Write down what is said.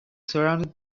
surrounded